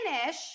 finish